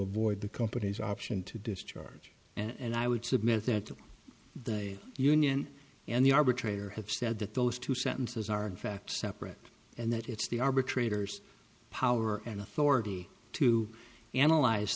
avoid the company's option to discharge and i would submit that the union and the arbitrator have said that those two sentences are in fact separate and it's the arbitrators power and authority to analyze